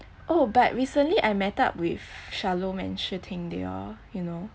oh but recently I met up with shalom and shi ting they all you know